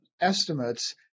estimates